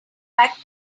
back